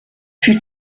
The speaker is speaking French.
fut